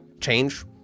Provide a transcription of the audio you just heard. change